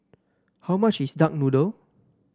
how much is Duck Noodle